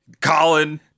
Colin